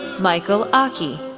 michael aki,